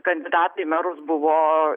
kandidatai į merus buvo